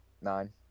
Nine